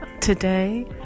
today